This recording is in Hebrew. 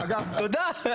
תודה.